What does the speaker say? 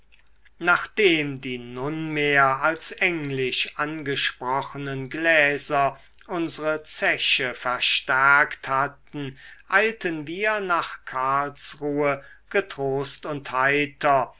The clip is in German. nachdem die nunmehr als englisch angesprochenen gläser unsre zeche verstärkt hatten eilten wir nach karlsruhe getrost und heiter